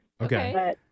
Okay